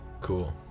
Cool